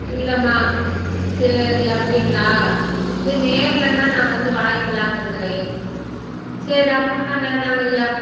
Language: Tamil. இல்லைம்மா சரி அப்படிங்களா சரி நேரிலன்னா நான் வந்து வாங்கிக்கிலான்ட்ருக்குறேன் சரி அப்புடினா வேணாங்கய்யா